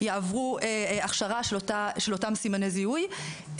יעברו הכשרה של אותם סימני זיהוי.